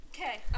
Okay